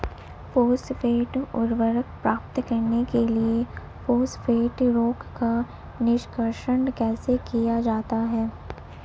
Phosphate उर्वरक प्राप्त करने के लिए फॉस्फेट रॉक का निष्कर्षण कैसे किया जाता है?